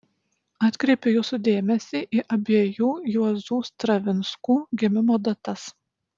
atkreipiu jūsų dėmesį į abiejų juozų stravinskų gimimo datas